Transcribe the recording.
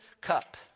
cup